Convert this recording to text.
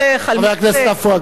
חבר הכנסת עפו אגבאריה,